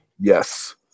Yes